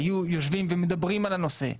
היו יושבים ומדברים על הנושא,